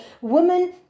Women